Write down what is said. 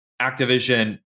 Activision